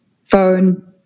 phone